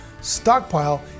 stockpile